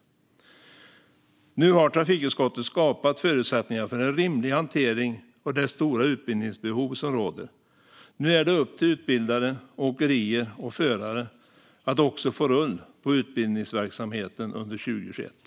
Trafikutskottet har skapat förutsättningarna för en rimlig hantering av det stora utbildningsbehov som råder. Nu är det upp till utbildare, åkerier och förare att också få rull på utbildningsverksamheten under 2021.